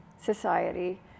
society